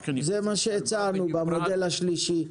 זה מה שהצענו במודל השלישי,